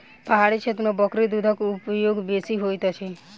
पहाड़ी क्षेत्र में बकरी दूधक उपयोग बेसी होइत अछि